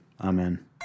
Amen